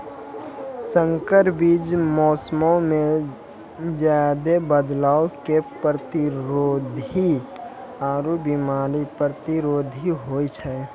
संकर बीज मौसमो मे ज्यादे बदलाव के प्रतिरोधी आरु बिमारी प्रतिरोधी होय छै